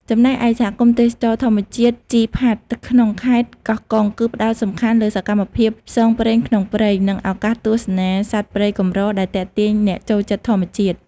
ចំណែកឯ សហគមន៍ទេសចរណ៍ធម្មជាតិជីផាត ក្នុងខេត្តកោះកុង គឺផ្ដោតសំខាន់លើសកម្មភាពផ្សងព្រេងក្នុងព្រៃ និងឱកាសទស្សនាសត្វព្រៃកម្រ ដែលទាក់ទាញអ្នកចូលចិត្តធម្មជាតិ។